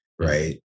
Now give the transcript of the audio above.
right